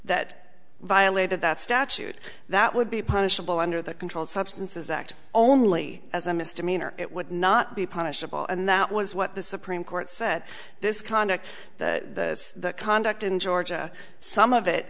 that violated that statute that would be punishable under the controlled substances act only as a misdemeanor it would not be punishable and that was what the supreme court said this conduct the conduct in georgia some of it